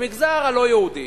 במגזר היהודי,